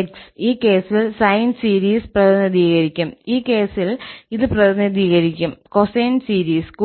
𝑥 ഈ കേസിൽ sine series പ്രതിനിധീകരിക്കും ഈ കേസിൽ ഇത് പ്രതിനിധീകരിക്കും കൊസൈൻ സീരീസ്